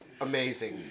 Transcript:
Amazing